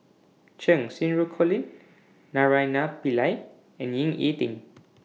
Cheng Xinru Colin Naraina Pillai and Ying E Ding